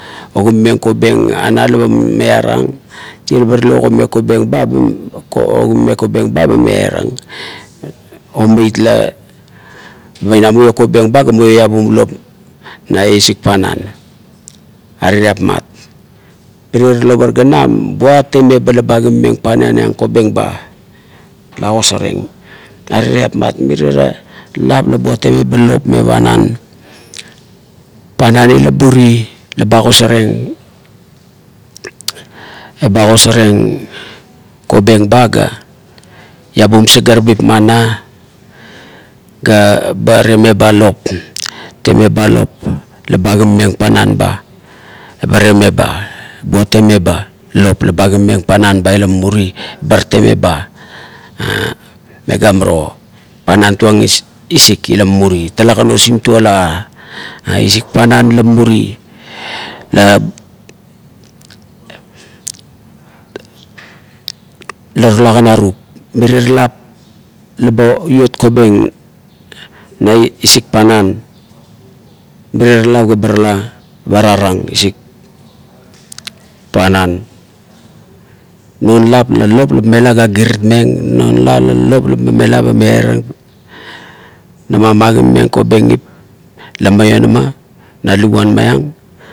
Ogogomeng kobeng ana laba miarang, tie la ba talekan ogogomeng kobeng ba "um" ogogomeng kobeng ba, eba miarang. Omeit la be ma muiong kobeng ba, ga muiong iabum lop na isik panan arerapmat. Miriera lop ganam buat temeba la ba agigameng panan iang kobeng ba, la agosarieng arerapmat mirie lop la buat temeba lop me panan, panan ila buri la ba agosareng, eba agosareng kobeng ba ga ba labum sdagarabit ona ga ba temeba lop, temeba lop la ba agigameng panan ba, eba temeba, buat temeba lop laba ogigameng panam be ila muri, bar temeba, ha, megiamaro, panan tuang isik ila muri, tulakan nosiktuala a, isik penan la muri la tula arup, mirie la ba iot kobeng na isik panan, mirie lop eba tala ba tarang isik panan. Man lap la lop ba mela, ba agirit meng, non lop ba mela ba miainang la ba magigomeng kobengip la maionama na luguan maiong